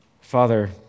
Father